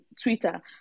Twitter